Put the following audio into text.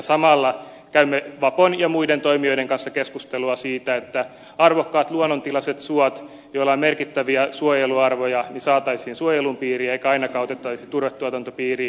samalla käymme vapon ja muiden toimijoiden kanssa keskustelua siitä että arvokkaat luonnontilaiset suot joilla on merkittäviä suojeluarvoja saataisiin suojelun piiriin eikä niitä ainakaan otettaisi turvetuotantopiiriin